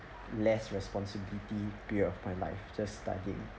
less responsibility period of my life just studying